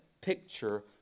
picture